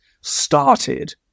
started